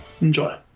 Enjoy